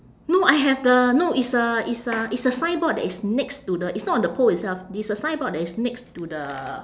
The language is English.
no I have the no it's a it's a it's a signboard that is next to the it's not on the pole itself it's the signboard that is next to the